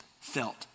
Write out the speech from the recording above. felt